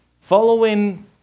following